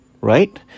right